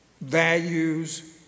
values